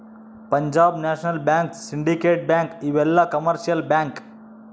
Punjab National Bank Syndicate Bank ಇವೆಲ್ಲ commercial bank